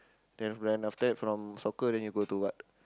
then run after that from soccer then you go to what